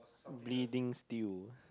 Bleeding-Steel